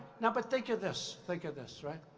no, but think of this. think of this, right?